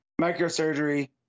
microsurgery